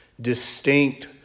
distinct